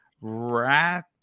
Rat